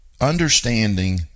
understanding